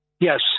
Yes